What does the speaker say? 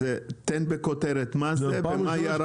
אז תן בכותרת מה זה --- באוויר.